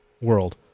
world